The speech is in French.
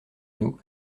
nous